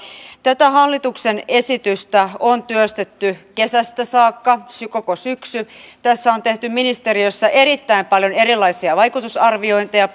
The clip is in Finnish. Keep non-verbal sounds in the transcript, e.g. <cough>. tätä hallituksen esitystä on työstetty kesästä saakka koko syksy tästä on tehty ministeriössä erittäin paljon erilaisia vaikutusarviointeja <unintelligible>